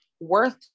worth